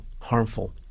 harmful